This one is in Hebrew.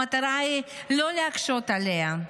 המטרה היא לא להקשות עליה.